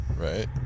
Right